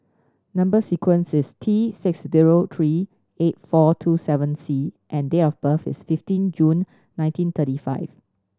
number sequence is T six zero three eight four two seven C and date of birth is fifteen June nineteen thirty five